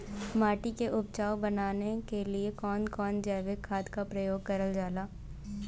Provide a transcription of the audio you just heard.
माटी के उपजाऊ बनाने के लिए कौन कौन जैविक खाद का प्रयोग करल जाला?